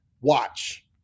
watch